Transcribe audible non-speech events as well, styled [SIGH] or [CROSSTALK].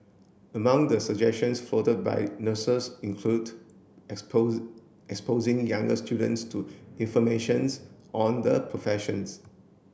among the suggestions floated by nurses included [UNINTELLIGIBLE] exposing younger students to information's on the professions